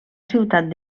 ciutat